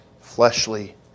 fleshly